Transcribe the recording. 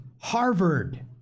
Harvard